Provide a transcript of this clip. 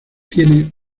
tiene